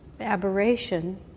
aberration